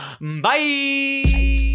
Bye